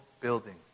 building